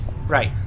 Right